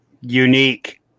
unique